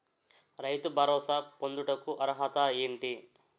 రైతు భరోసా పొందుటకు అర్హత ఏంటి?